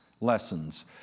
lessons